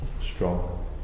strong